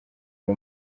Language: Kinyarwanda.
ayo